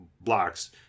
blocks